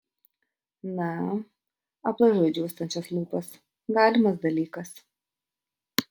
na aplaižau džiūstančias lūpas galimas dalykas